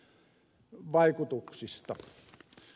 herra puhemies